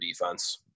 defense